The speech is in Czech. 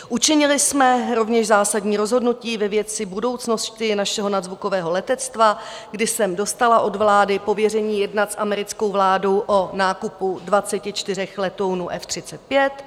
Učinili jsme rovněž zásadní rozhodnutí ve věci budoucnosti našeho nadzvukového letectva, kdy jsem dostala od vlády pověření jednat s americkou vládu o nákupu 24 letounů F35.